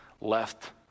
left